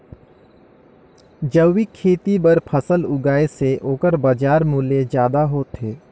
जैविक खेती बर फसल उगाए से ओकर बाजार मूल्य ज्यादा होथे